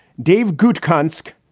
dave good cusk.